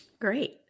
Great